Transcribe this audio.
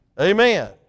Amen